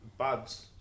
Buds